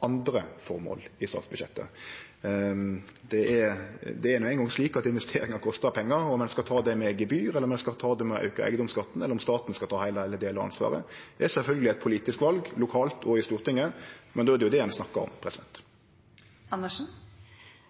andre føremål i statsbudsjettet. Det er no eingong slik at investeringar kostar pengar. Om ein skal ta det med gebyr, om ein skal ta det med å auke eigedomsskatten, eller om staten skal ta heile eller delar av ansvaret, er sjølvsagt eit politisk val, lokalt og i Stortinget, men då er det jo det ein snakkar om.